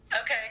okay